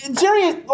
Jerry